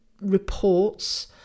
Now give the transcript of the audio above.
reports